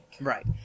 right